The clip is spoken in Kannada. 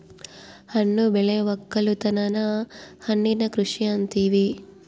ಹಣ್ಣು ಬೆಳೆ ವಕ್ಕಲುತನನ ಹಣ್ಣಿನ ಕೃಷಿ ಅಂತಿವಿ